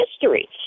history